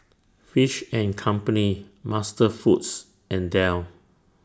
Fish and Company MasterFoods and Dell